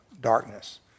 darkness